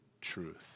truth